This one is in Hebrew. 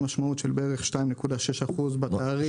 כלומר כ-2.6% בתעריף,